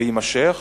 ויימשך